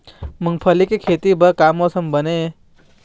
मूंगफली के खेती बर का मौसम हर बने ये?